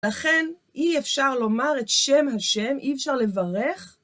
לכן אי אפשר לומר את שם השם, אי אפשר לברך.